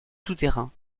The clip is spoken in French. souterrains